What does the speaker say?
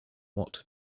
what